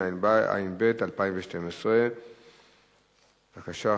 התשע"ב 2012. בבקשה,